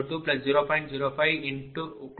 010